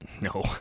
No